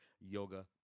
yoga